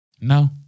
No